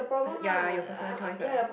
ya your personal choice what